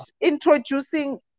introducing